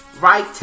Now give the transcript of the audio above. Right